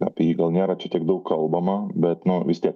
apie jį gal nėra čia tiek daug kalbama bet na vis tiek